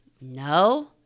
No